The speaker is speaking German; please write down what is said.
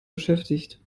beschäftigt